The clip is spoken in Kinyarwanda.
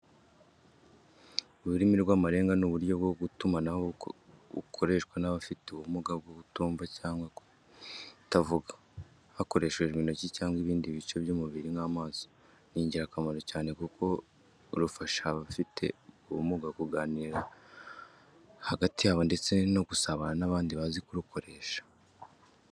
Ururimi rw’amarenga ni uburyo bwo gutumanaho bukoreshwa cyane n’abafite ubumuga bwo kutumva cyangwa kutavuga, hakoreshejwe intoki cyangwa ibindi bice by’umubiri nk'amaso. Ni ingirakamaro cyane kuko rufasha abafite ubwo bumuga kuganira hagati yabo ndetse no gusabana n’abandi bazi kurukoresha.